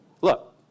Look